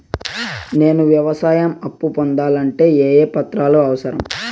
నేను వ్యవసాయం అప్పు పొందాలంటే ఏ ఏ పత్రాలు అవసరం?